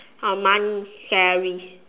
uh money salaries